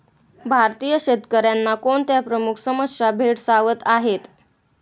भारतीय शेतकऱ्यांना कोणत्या प्रमुख समस्या भेडसावत आहेत?